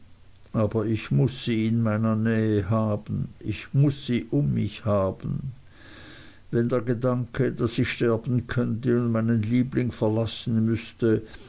aber ich muß sie in meiner nähe haben ich muß sie um mich haben wenn der gedanke daß ich sterben könnte und meinen liebling verlassen müßte